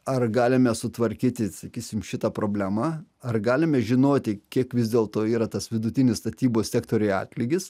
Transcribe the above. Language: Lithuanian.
ar galime sutvarkyti sakysim šitą problemą ar galime žinoti kiek vis dėlto yra tas vidutinis statybos sektoriuje atlygis